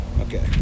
Okay